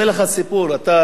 אתה לא נוסע לסין.